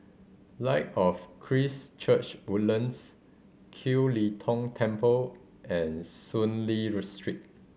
Light of Christ Church Woodlands Kiew Lee Tong Temple and Soon Lee Street